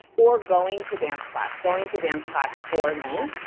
or going to dance class. going to dance class, for me,